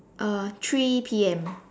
uh three P_M